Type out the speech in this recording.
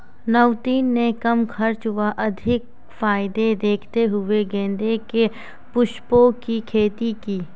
नवनीत ने कम खर्च व अधिक फायदे देखते हुए गेंदे के पुष्पों की खेती की